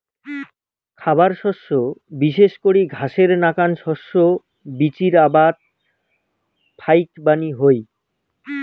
খাবার শস্য বিশেষ করি ঘাসের নাকান শস্য বীচির আবাদ ফাইকবানী হই